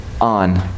on